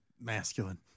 masculine